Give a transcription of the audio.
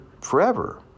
forever